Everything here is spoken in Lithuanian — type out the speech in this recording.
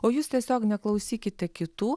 o jūs tiesiog neklausykite kitų